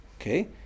Okay